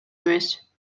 эмес